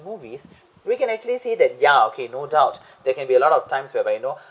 movies we can actually say that ya okay no doubt that can be a lot of times whereby you know